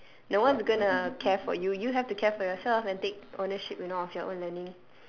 no one's gonna care for you you have to care for yourself and take ownership you know of your own learning